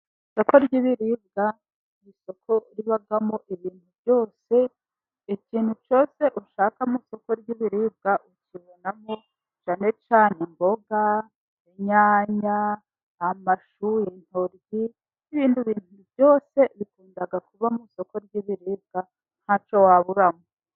Isoko ry'ibiriribwa ni isoko ribamo ibintu byose, ikintu cyose ushaka mu isoko ry'ibiribwa ukibonamo. Cyane cyane imboga, inyanya, amashu, ibitoki, n'ibindi bintu byose bikunda kuba mu isoko ry'ibiribwa. Nta cyo waburamo.